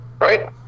right